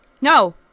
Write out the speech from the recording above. No